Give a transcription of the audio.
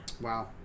Wow